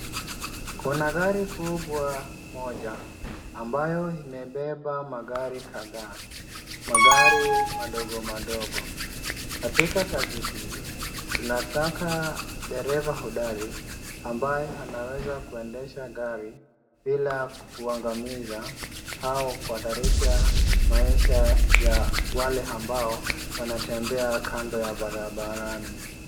Kuna gari kubwa moja ambayo imebeba magari kadhaa magari madogo madogo. Katika kazi hii tunataka dereva hodari ambaye anaweza kuendesha gari bila kuangamiza au kuhatarisha maisha ya wale ambao wanatembea kando ya barabara.